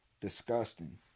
Disgusting